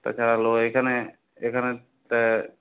তাছাড়া এখানে এখানে